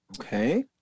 Okay